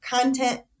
content